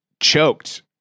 choked